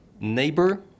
neighbor